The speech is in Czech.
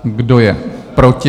Kdo je proti?